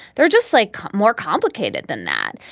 they're just like more complicated than that.